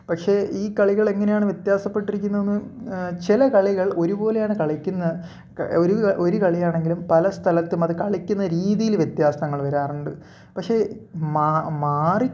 പക്ഷേ ഈ കളികൾ എങ്ങനെയാണ് വ്യത്യാസപ്പെട്ടിരിക്കുന്നത് എന്ന് ചില കളികൾ ഒരുപോലെയാണ് കളിക്കുന്നത് ക ഒരു ക ഒരു കളിയാണെങ്കിലും പല സ്ഥലത്തും അത് കളിക്കുന്ന രീതിയിൽ വ്യത്യാസങ്ങൾ വരാറുണ്ട് പക്ഷേ മ മാറി